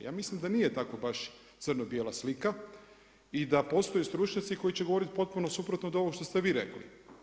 Ja mislim da nije tako baš crno bijela slika i da postoje stručnjaci koji će govoriti potpuno suprotno od ovog što ste vi rekli.